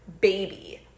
baby